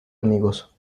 amigos